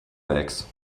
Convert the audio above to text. backs